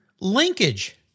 Linkage